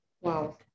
wow